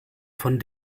von